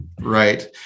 Right